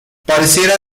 pareciera